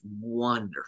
wonderful